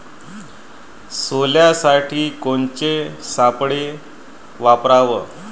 सोल्यासाठी कोनचे सापळे वापराव?